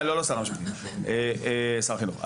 לא שר המשפטים, שר החינוך.